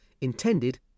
intended